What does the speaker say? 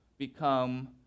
become